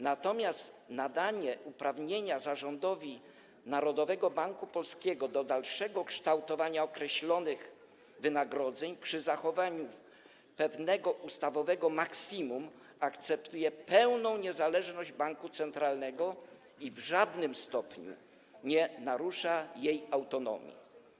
Natomiast nadanie uprawnienia zarządowi Narodowego Banku Polskiego do dalszego kształtowania określonych wynagrodzeń przy zachowaniu pewnego ustawowego maksimum wynika z pełnej niezależności banku centralnego i w żadnym stopniu nie narusza jego autonomii.